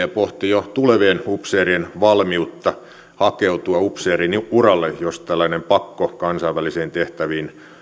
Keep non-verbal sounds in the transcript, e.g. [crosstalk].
[unintelligible] ja pohti jo tulevien upseerien valmiutta hakeutua upseerin uralle jos tällainen pakko kansainvälisiin tehtäviin